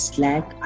Slack